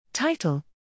Title